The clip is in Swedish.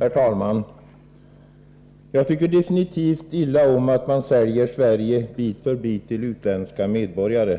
Herr talman! Jag tycker mycket illa om att man säljer Sverige bit för bit till utländska medborgare.